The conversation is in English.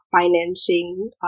financing